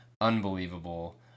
unbelievable